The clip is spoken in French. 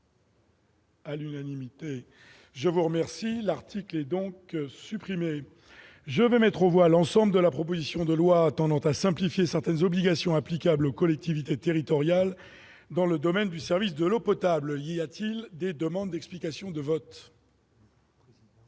à l'unanimité, je vous remercie l'article est donc supprimée, je vais mettre aux voix l'ensemble de la proposition de loi attendant à simplifier certaines obligations applicables aux collectivités territoriales dans le domaine du service de l'eau potable, il y a-t-il des demandes d'explications de vote.